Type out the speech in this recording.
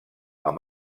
amb